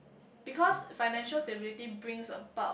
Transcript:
because financial stability brings about